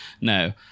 no